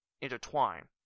intertwine